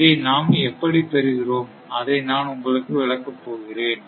இதை நாம் எப்படி பெறுகிறோம் அதை நான் உங்களுக்கு விளக்கப் போகிறேன்